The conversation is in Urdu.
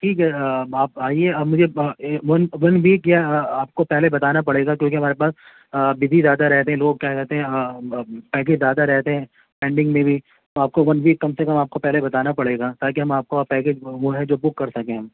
ٹھیک ہے آپ آئیے آپ مجھے ون ویک آپ کو پہلے بتانا پڑے گا کیونکہ ہمارے پاس بزی زیادہ رہتے ہیں لوگ کیا کہتے ہیں پیکیج زیادہ رہتے ہیں پینڈنگ میں بھی آپ کو ون ویک کم سے کم آپ کو پہلے بتانا پڑے گا تاکہ ہم آپ کا پیکج جو ہے بک کر سکیں